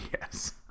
Yes